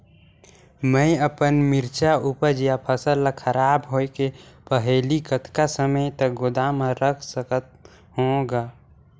मैं अपन मिरचा ऊपज या फसल ला खराब होय के पहेली कतका समय तक गोदाम म रख सकथ हान ग?